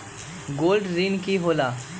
Gold ऋण की होला?